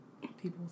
people